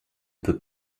peut